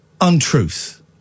untruth